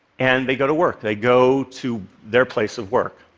and they go to work, they go to their place of work.